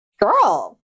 Girl